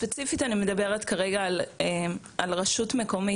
ספציפית אני מדברת כרגע על רשות מקומית